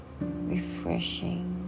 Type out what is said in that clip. refreshing